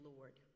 Lord